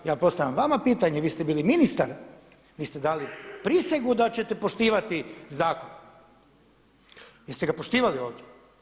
Ja postavljam vama pitanje, vi ste bili ministar, vi ste dali prisegu da ćete poštivati zakon, jeste ga poštivali ovdje?